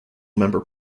member